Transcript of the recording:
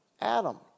Adam